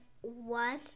one